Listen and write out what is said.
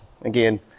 again